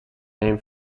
name